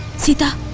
sita